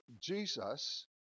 Jesus